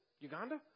Uganda